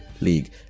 League